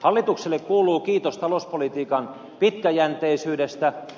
hallitukselle kuuluu kiitos talouspolitiikan pitkäjänteisyydestä